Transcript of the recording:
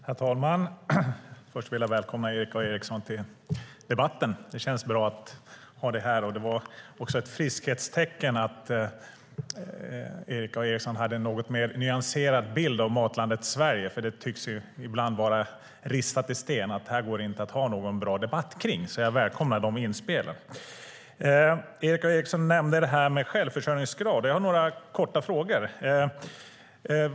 Herr talman! Först vill jag välkomna Erik A Eriksson till debatten. Det känns bra att ha dig här. Det var också ett friskhetstecken att Erik A Eriksson hade en något mer nyanserad bild av Matlandet Sverige. Det tycks ju ibland vara ristat i sten att det inte går att ha någon bra debatt kring det. Jag välkomnar alltså de inspelen. Erik A Eriksson nämnde självförsörjningsgraden. Jag har några korta frågor.